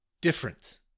different